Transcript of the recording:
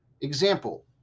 Example